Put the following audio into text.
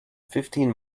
fifteen